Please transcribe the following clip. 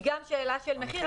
היא גם שאלה של מחיר.